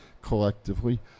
collectively